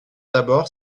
d’abord